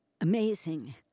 amazing